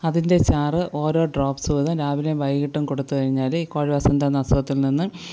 അതിൻ്റെ ചാറ് ഓരോ ഡ്രോപ്സ് വീതം രാവിലെയും വൈകിട്ടും കൊടുത്തുകഴിഞ്ഞാൽ കോഴിവസന്ത എന്ന അസുഖത്തിൽ നിന്നും